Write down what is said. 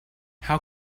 how